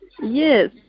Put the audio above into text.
Yes